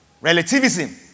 relativism